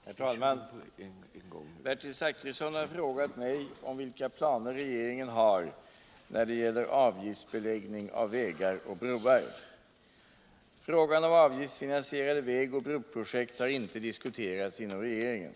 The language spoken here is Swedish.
Herr talman! Bertil Zachrisson har frågat mig vilka planer regeringen har när det gäller avgiftsbeläiggning av vägar och broar. Frågan om avgiftsfinansierade väg och broprojekt har inte diskuterats inom regeringen.